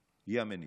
המניעה.